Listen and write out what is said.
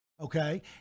okay